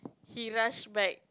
he rush back